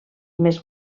votats